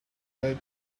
red